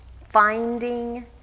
finding